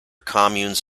communes